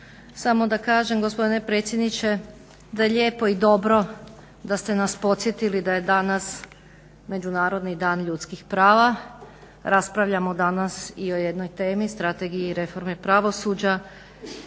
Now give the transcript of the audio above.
samo da kažem gospodine predsjedniče da je lijepo i dobro da ste nas podsjetili da je danas Međunarodni dan ljudskih prava. Raspravljamo danas i o jednoj temi Strategiji reforme pravosuđa